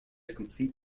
complete